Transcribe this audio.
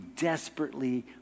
desperately